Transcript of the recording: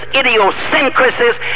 idiosyncrasies